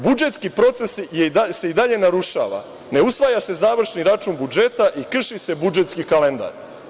Budžetski proces se i dalje narušava, ne usvaja se završni račun budžeta i krši se budžetski kalendar.